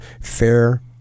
fair